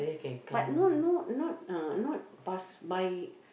but no no not uh not pass by